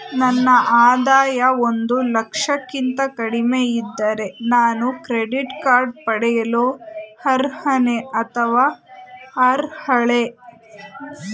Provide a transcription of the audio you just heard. ನನ್ನ ಆದಾಯ ಒಂದು ಲಕ್ಷಕ್ಕಿಂತ ಕಡಿಮೆ ಇದ್ದರೆ ನಾನು ಕ್ರೆಡಿಟ್ ಕಾರ್ಡ್ ಪಡೆಯಲು ಅರ್ಹನೇ ಅಥವಾ ಅರ್ಹಳೆ?